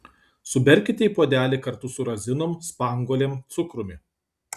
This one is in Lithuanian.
suberkite į puodelį kartu su razinom spanguolėm cukrumi